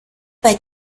bei